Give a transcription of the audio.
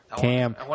Cam